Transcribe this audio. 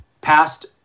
past